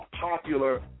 popular